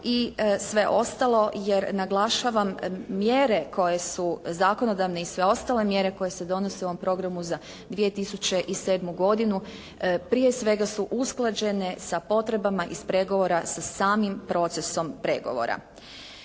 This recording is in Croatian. i sve ostalo, jer naglašavam mjere koje su zakonodavne i sve ostale mjere koje se donose u ovom programu za 2007. godinu prije svega su usklađene sa potrebama iz pregovora sa samim procesom pregovora.